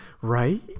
Right